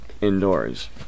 indoors